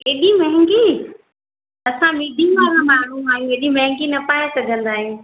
एॾी महांगी असां मीडियम वारा माण्हू आहियूं एॾी महांगी न पाइ सघंदा आहियूं